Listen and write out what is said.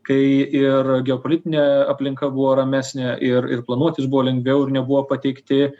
kai ir geopolitinė aplinka buvo ramesnė ir ir planuotis buvo lengviau ir nebuvo pateikti